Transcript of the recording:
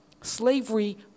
Slavery